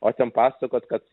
o ten pasakot kad